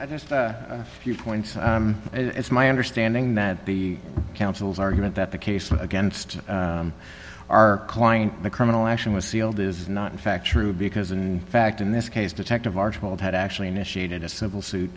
honour's a few points it's my understanding that the council's argument that the case against our client the criminal action was sealed is not in fact true because in fact in this case detective archibald had actually initiated a civil suit